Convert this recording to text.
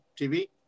TV